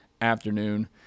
afternoon